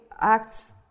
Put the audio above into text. acts